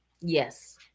Yes